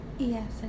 Yes